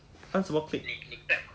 你你 clap ah 你 clap ah